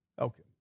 Okay